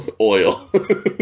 oil